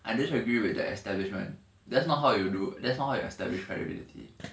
unless you agree with that established [one] that's not how you do that's not how you established credibility